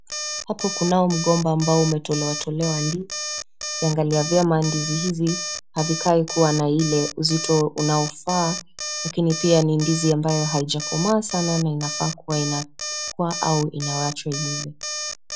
Hapa kunao mgomba ambao umetolewa tolewa ndizi. Ukiangalia vyema ndizi hizi havikai kuwa na ule uzito unaofaa, lakini pia ni ndizi ambayo haijakomaa sana na inafaa kuwa inapikwa au inaachwa iive.